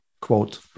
quote